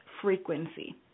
frequency